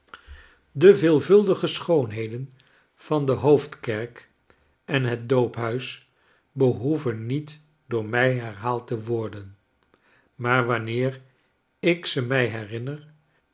de veelvuldige schoonheden van de hoofdkerk en het doophuis behoeven niet door mij herhaald te worden maar wanneer ik ze mij herinner